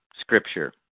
scripture